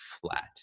flat